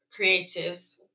creatives